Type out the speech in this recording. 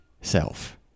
self